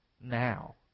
now